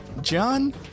John